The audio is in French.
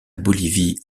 bolivie